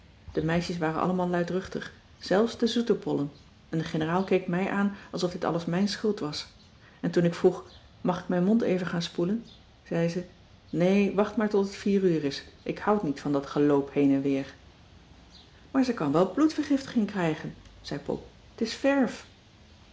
de meisjes waren allemaal luidruchtig zelfs de zoetebollen en de generaal keek mij aan alsof dit alles mijn schuld was en toen ik vroeg mag ik mijn mond even gaan spoelen zei ze neen wacht maar tot het vier uur is ik houd niet van dat geloop heen en weer maar ze kan wel bloedvergiftiging krijgen zei pop t is verf